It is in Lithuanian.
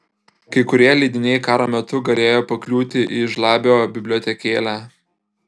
kai kurie leidiniai karo metu galėjo pakliūti į žlabio bibliotekėlę